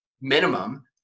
minimum